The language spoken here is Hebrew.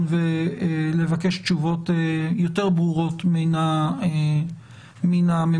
ולבקש תשובות יותר ברורות מן הממשלה,